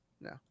No